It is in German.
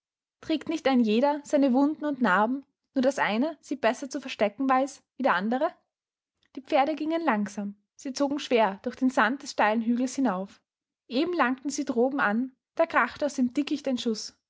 trägt nicht ein jeder seine wunden und narben nur daß einer sie besser zu verstecken weiß wie der andere die pferde gingen langsam sie zogen schwer durch den sand des steilen hügels hinauf eben langten sie droben an da krachte aus dem dickicht ein schuß